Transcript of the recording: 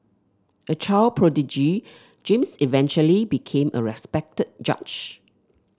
a child prodigy James eventually became a respected judge